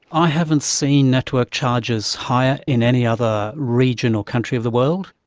i haven't seen network charges higher in any other region or country of the world.